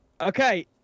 Okay